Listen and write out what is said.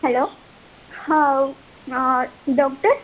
hello હા doctor